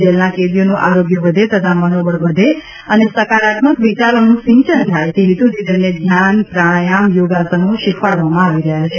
જેલના કેદીઓનું આરોગ્ય વધે તથા મનોબળ વધે અને સકારાત્મક વિચારોનું સિંચન થાય તે હેતુથી તેમને ધ્યાન પ્રાણાયમ યોગાસનો શીખવાડવામાં આવી રહ્યા છે